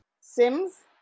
Sims